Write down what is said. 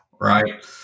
right